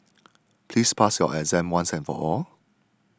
please pass your exam once and for all